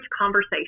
conversation